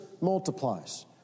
multiplies